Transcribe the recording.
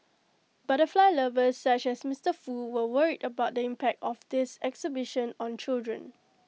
butterfly lovers such as Mister Foo were worried about the impact of this exhibition on children